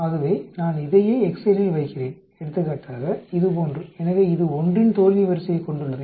ஆகவே நான் இதையே எக்செல்லில் வைக்கிறேன் எடுத்துக்காட்டாக இது போன்று எனவே இது 1 இன் தோல்வி வரிசையைக் கொண்டுள்ளது